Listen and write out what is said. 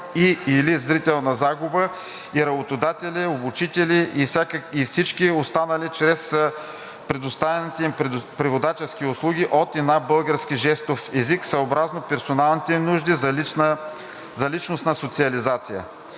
и/или зрителна загуба и работодатели, обучители и всички останали чрез предоставените им преводачески услуги от и на български жестов език съобразно персоналните им нужди за личностна социализация.